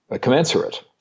commensurate